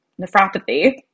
nephropathy